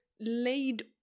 laid